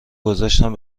گذشتم